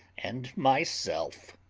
and myself,